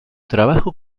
trabajo